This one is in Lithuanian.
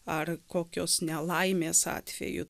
ar kokios nelaimės atveju